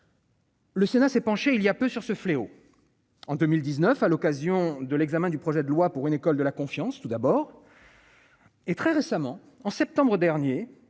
Le Sénat s'est penché il y a peu sur ce fléau en 2019 à l'occasion de l'examen du projet de loi pour une école de la confiance, tout d'abord et très récemment, en septembre dernier